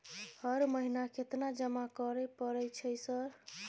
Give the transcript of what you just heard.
हर महीना केतना जमा करे परय छै सर?